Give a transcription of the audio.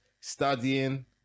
studying